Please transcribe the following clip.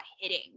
hitting